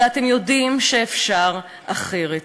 הרי אתם יודעים שאפשר אחרת.